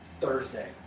Thursday